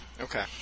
Okay